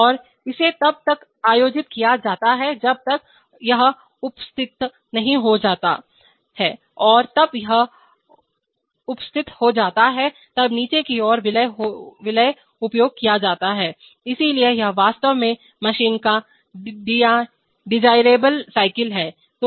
और इसे तब तक आयोजित किया जाता है जब तक यह उपस्तिथ नहीं हो जाता है और तब जब यह उपस्तिथ जाता है तब नीचे की ओर विलेय उपयोग किया जाता है इसलिए यह वास्तव में मशीन का डिजायरेबल साइकिल है